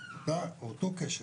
אותו קשר,